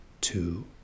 two